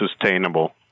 sustainable